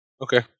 Okay